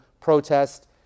protest